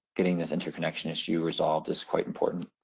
getting this interconnection issue resolved is quite important.